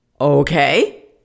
Okay